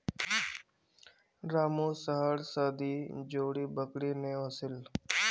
रामू शहर स दी जोड़ी बकरी ने ओसील